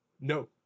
No